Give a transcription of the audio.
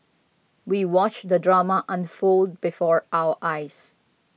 we watched the drama unfold before our eyes